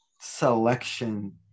selection